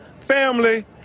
family